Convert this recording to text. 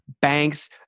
banks